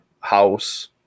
house